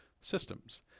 systems